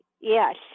Yes